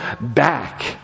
back